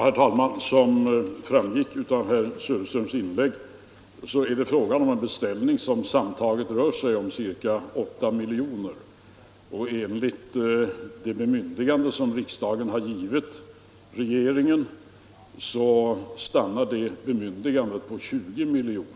Herr talman! Som framgick av herr Söderströms inlägg är det fråga om en beställning som sammantaget belöper sig till ca 8 miljoner, medan det bemyndigande som riksdagen har givit regeringen gäller 20 miljoner.